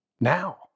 Now